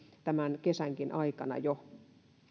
tämän kesänkin aikana